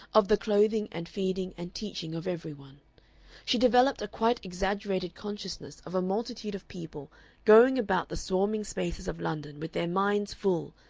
of the clothing and feeding and teaching of every one she developed a quite exaggerated consciousness of a multitude of people going about the swarming spaces of london with their minds full,